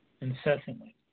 incessantly